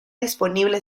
disponible